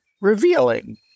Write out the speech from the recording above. revealing